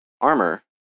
armor